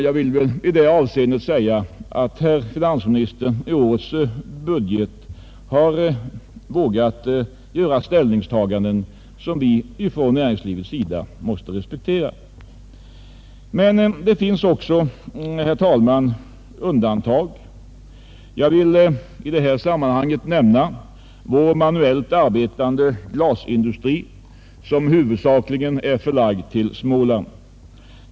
Jag vill i det avseendet säga att herr finansministern i årets budget har vågat göra ställningstaganden som vi inom näringslivet måste respektera. Det finns emellertid, herr talman, också undantag. Jag vill i det sammanhanget nämna vår manuellt arbetande glasindustri, som huvudsakligen är förlagd till Småland.